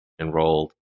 enrolled